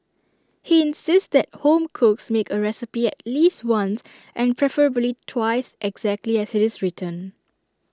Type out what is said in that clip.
he insists that home cooks make A recipe at least once and preferably twice exactly as IT is written